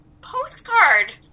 postcard